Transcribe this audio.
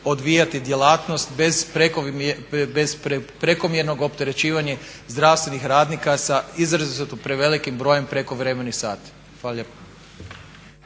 odvijati djelatnost bez prekomjernog opterećivanja zdravstvenih radnika sa izrazito prevelikim brojem prekovremenih sati. Hvala